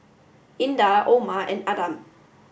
Indah Omar and Adam